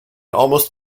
almost